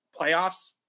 playoffs